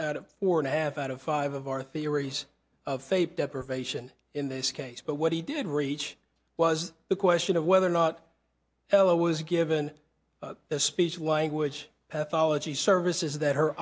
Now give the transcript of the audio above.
or and a half out of five of our theories of fate deprivation in this case but what he did reach was the question of whether or not ella was given the speech language half ology services that her